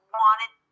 wanted